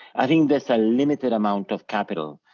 i think there's a limited amount of capital